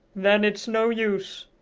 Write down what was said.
then it's no use,